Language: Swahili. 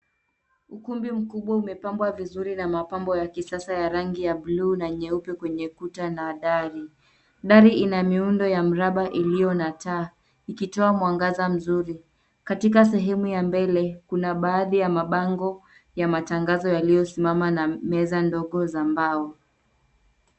Ukumbi mkubwa umepangwa vizuri na mapambo ya kisasa ya rangi ya buluu na nyeupe, kwenye kuta na dari. Dari ina muundo ya mraba iliyo na taa ikitoa mwangaza mzuri. Katika sehemu ya mbele, kuna baadhi ya mabango ya matangazo yaliyo simama na meza ndogo za mbao.